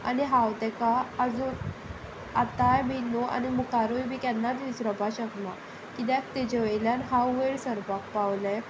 आनी हांव ताका आजून आतांय बी न्हय आनी मुखारूय बी केन्नाच विसरपाक शकना कित्याक ताचे वयल्यान हांव वयर सरपाक पावलें